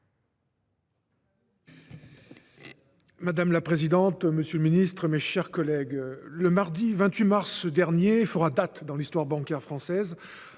Madame la présidente, monsieur le ministre, mes chers collègues, le mardi 28 mars 2023 fera date dans l'histoire bancaire française.